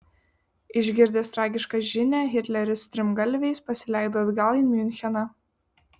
išgirdęs tragišką žinią hitleris strimgalviais pasileido atgal į miuncheną